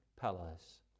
palace